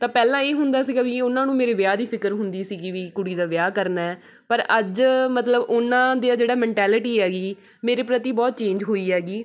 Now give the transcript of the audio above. ਤਾਂ ਪਹਿਲਾਂ ਇਹ ਹੁੰਦਾ ਸੀਗਾ ਵੀ ਉਹਨਾਂ ਨੂੰ ਮੇਰੇ ਵਿਆਹ ਦੀ ਫ਼ਿਕਰ ਹੁੰਦੀ ਸੀਗੀ ਵੀ ਕੁੜੀ ਦਾ ਵਿਆਹ ਕਰਨਾ ਪਰ ਅੱਜ ਮਤਲਬ ਉਹਨਾਂ ਦੀ ਆ ਜਿਹੜਾ ਮੈਂਟੈਲਿਟੀ ਹੈਗੀ ਮੇਰੇ ਪ੍ਰਤੀ ਬਹੁਤ ਚੇਂਜ ਹੋਈ ਹੈਗੀ